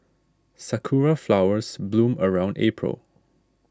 sakura flowers bloom around April